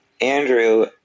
Andrew